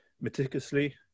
meticulously